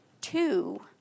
Two